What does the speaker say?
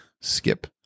skip